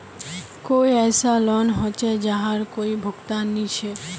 कोई ऐसा लोन होचे जहार कोई भुगतान नी छे?